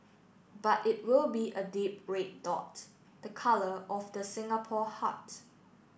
but it will be a deep red dot the colour of the Singapore heart